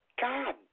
God